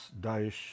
Daesh